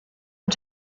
und